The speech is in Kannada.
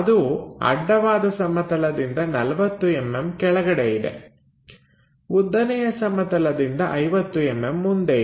ಅದು ಅಡ್ಡವಾದ ಸಮತಲದಿಂದ 40mm ಕೆಳಗಡೆ ಇದೆ ಉದ್ದನೆಯ ಸಮತಲದಿಂದ 50mm ಮುಂದೆ ಇದೆ